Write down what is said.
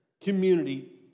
community